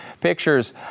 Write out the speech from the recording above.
pictures